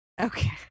Okay